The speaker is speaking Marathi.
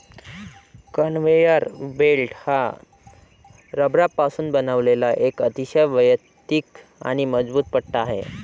कन्व्हेयर बेल्ट हा रबरापासून बनवलेला एक अतिशय वैयक्तिक आणि मजबूत पट्टा आहे